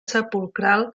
sepulcral